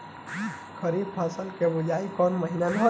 खरीफ फसल क बुवाई कौन महीना में होला?